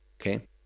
Okay